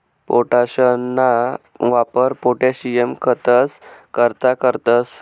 पोटाशना वापर पोटाशियम खतंस करता करतंस